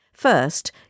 First